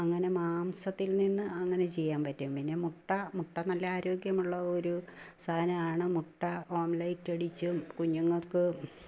അങ്ങനെ മാംസത്തിൽ നിന്ന് അങ്ങനെ ചെയ്യാൻ പറ്റും പിന്നെ മുട്ട മുട്ട നല്ല ആരോഗ്യമുള്ള ഒരു സാധനമാണ് മുട്ട ഓംലേറ്റ് അടിച്ചും കുഞ്ഞങ്ങള്ക്ക്